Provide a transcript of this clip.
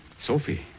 Sophie